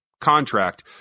contract